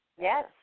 Yes